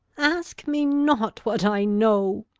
ask me not what i know.